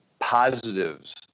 positives